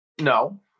No